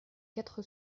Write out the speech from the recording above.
quatre